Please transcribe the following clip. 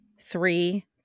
three